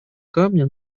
камня